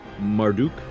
Marduk